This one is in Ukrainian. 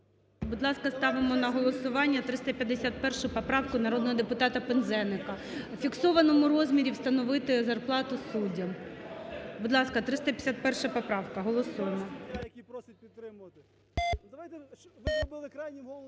Будь ласка, ставимо на голосування 351 поправку народного депутата Пинзеника: у фіксованому розмірі встановити зарплату суддям. Будь ласка, 351 поправка. Голосуємо.